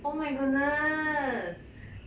oh my goodness